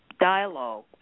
dialogue